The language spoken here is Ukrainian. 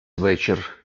вечір